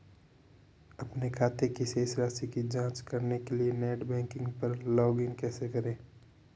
अपने खाते की शेष राशि की जांच करने के लिए नेट बैंकिंग पर लॉगइन कैसे करें?